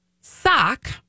sock